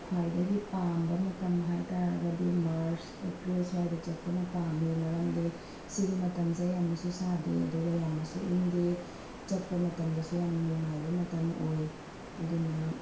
ꯈ꯭ꯋꯥꯏꯗꯒꯤ ꯄꯥꯝꯕ ꯃꯇꯝ ꯍꯥꯏꯇꯥꯔꯒꯗꯤ ꯃꯥꯔꯆ ꯑꯦꯄ꯭ꯔꯤꯜ ꯁ꯭ꯋꯥꯏꯗ ꯆꯠꯄꯅ ꯄꯥꯝꯃꯦ ꯃꯔꯝꯗꯤ ꯁꯤꯒꯤ ꯃꯇꯝꯁꯦ ꯌꯥꯝꯅꯁꯨ ꯁꯥꯗꯦ ꯑꯗꯨꯒ ꯌꯥꯝꯅꯁꯨ ꯏꯪꯗꯦ ꯆꯠꯄ ꯃꯇꯝꯗꯁꯨ ꯌꯥꯝ ꯅꯨꯡꯉꯥꯏꯕ ꯃꯇꯝ ꯑꯣꯏ ꯑꯗꯨꯅ